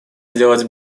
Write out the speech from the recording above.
сделать